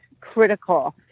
critical